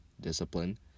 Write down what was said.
discipline